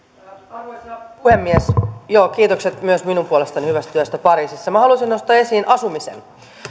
arvoisa puhemies kiitokset myös minun puolestani hyvästä työstä pariisissa minä haluaisin nostaa esiin asumisen